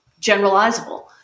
generalizable